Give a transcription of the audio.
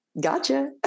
Gotcha